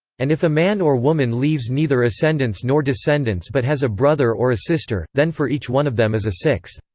and if a man or woman leaves neither ascendants nor descendants but has a brother or a sister, then for each one of them is a sixth.